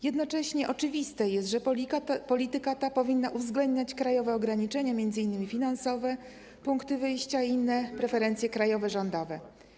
Jednocześnie oczywiste jest, że polityka ta powinna uwzględniać krajowe ograniczenia, m.in. finansowe, punkty wyjścia i inne preferencje krajowe, rządowe.